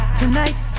tonight